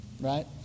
right